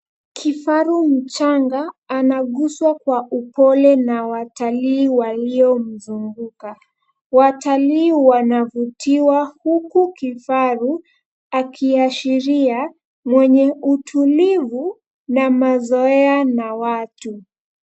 Kifaru mchanga anaguswa kwa upole na watalii waliomzunguka. Watalii wanavutiwa huku kifaru akiashiria mwenye utulivu na mazoea na watu.